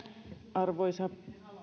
arvoisa